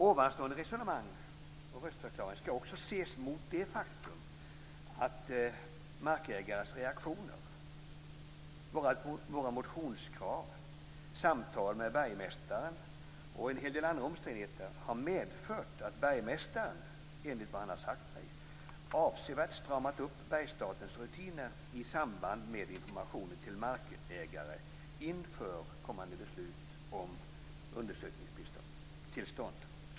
Ovanstående resonemang och röstförklaring skall också ses mot det faktum att markägares reaktioner, våra motionskrav, samtal med bergmästaren m.fl. omständigheter har medfört att bergmästaren, enligt vad han har sagt mig, avsevärt stramat upp Bergsstatens rutiner i samband med informationen till markägare inför kommande beslut om undersökningstillstånd.